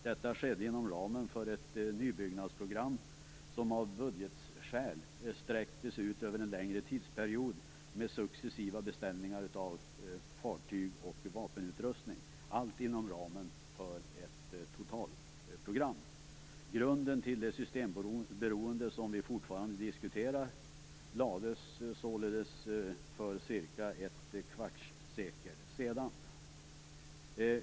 Detta skedde inom ramen för ett nybyggnadsprogram som av budgetskäl sträcktes ut över en längre tidsperiod med successiva beställningar av fartyg och vapenutrustning, allt inom ramen för ett totalprogram. Grunden till det systemberoende som vi fortfarande diskuterar lades således för cirka ett kvarts sekel sedan.